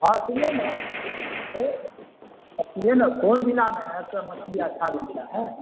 ہاں سنیے نا سنیے نا کون جلع میں ہے کا مچھلی اچھا ملا ہے